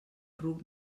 ruc